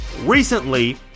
recently